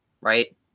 right